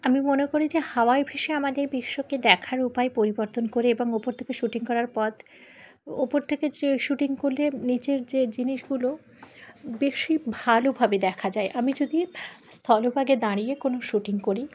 আমি মনে করি যে হাওয়ায় ভেসে আমাদের বিশ্বকে দেখার উপায় পরিবর্তন করে এবং উপর থেকে শ্যুটিং করার পথ উপর থেকে যে শ্যুটিং করলে নিচের যে জিনিসগুলো বেশি ভালোভাবে দেখা যায় আমি যদি স্থলভাগে দাঁড়িয়ে কোনো শ্যুটিং করি